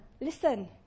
Listen